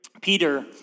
Peter